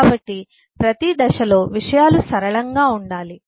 కాబట్టి ప్రతి దశలో విషయాలు సరళంగా ఉండాలి